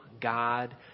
God